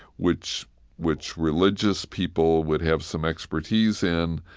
which which religious people would have some expertise in,